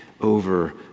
over